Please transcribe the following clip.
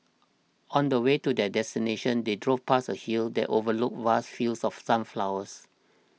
on the way to their destination they drove past a hill that overlooked vast fields of sunflowers